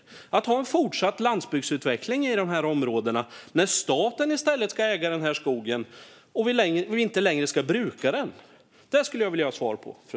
Det är fråga om att ha en fortsättning på landsbygdsutvecklingen i dessa områden när staten i stället ska äga skogen och den inte längre ska brukas. Jag vill gärna ha svar.